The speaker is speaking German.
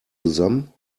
zusammen